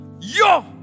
Yo